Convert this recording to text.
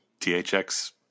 THX